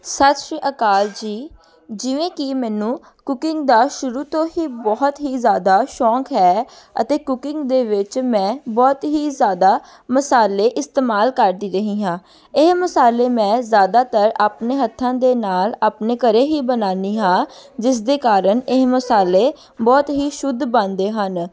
ਸਤਿ ਸ਼੍ਰੀ ਅਕਾਲ ਜੀ ਜਿਵੇਂ ਕਿ ਮੈਨੂੰ ਕੁਕਿੰਗ ਦਾ ਸ਼ੁਰੂ ਤੋਂ ਹੀ ਬਹੁਤ ਹੀ ਜ਼ਿਆਦਾ ਸ਼ੌਂਕ ਹੈ ਅਤੇ ਕੁਕਿੰਗ ਦੇ ਵਿੱਚ ਮੈਂ ਬਹੁਤ ਹੀ ਜ਼ਿਆਦਾ ਮਸਾਲੇ ਇਸਤੇਮਾਲ ਕਰਦੀ ਰਹੀ ਹਾਂ ਇਹ ਮਸਾਲੇ ਮੈਂ ਜ਼ਿਆਦਾਤਰ ਆਪਣੇ ਹੱਥਾਂ ਦੇ ਨਾਲ ਆਪਣੇ ਘਰ ਹੀ ਬਣਾਉਂਦੀ ਹਾਂ ਜਿਸ ਦੇ ਕਾਰਨ ਇਹ ਮਸਾਲੇ ਬਹੁਤ ਹੀ ਸ਼ੁੱਧ ਬਣਦੇ ਹਨ